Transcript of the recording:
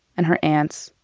and her aunts.